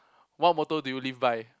what motto do you live by